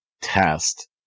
test